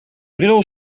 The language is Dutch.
bril